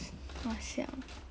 !wah! siao